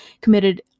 committed